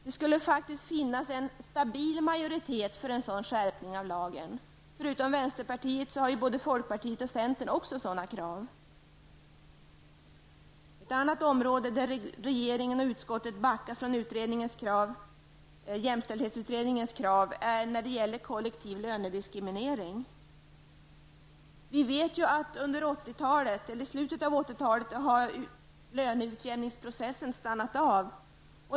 Det skulle finnas en ''stabil majortet'' för en sådan skärpning av lagen. Utom vänsterpartiet har både folkpartiet och centern framfört sådana krav. Ett annat område där regeringen och utskottet backar från jämställdhetsutredningens krav är när det gäller kollektiv lönediskriminering. Sedan mitten av 1980-talet har löneutjämningsprocessen stannat av.